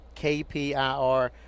KPIR